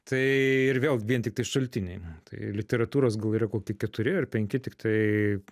tai ir vėl vien tiktai šaltiniai tai literatūros gal yra kokie keturi ar penki tiktai